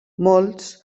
molts